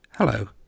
Hello